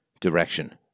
direction